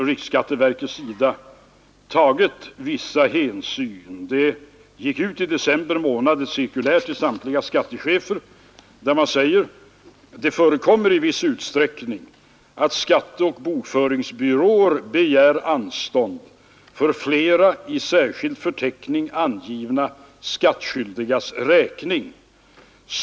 Riksskatteverket har också tagit vissa hänsyn till sådana fall. I december månad utgick ett cirkulär till samtliga skattechefer, där det bl.a. heter: ”Det förekommer i viss utsträckning att skatteoch bokföringsbyråer begär anstånd för flera i särskild förteckning angivna skattskyldigas räkning.